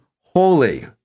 holy